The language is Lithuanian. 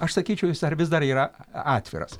aš sakyčiau jis dar vis dar yra atviras